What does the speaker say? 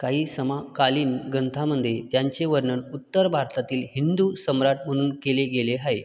काही समकालीन ग्रंथांमध्ये त्यांचे वर्णन उत्तर भारतातील हिंदू सम्राट म्हणून केले गेले आहे